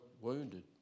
wounded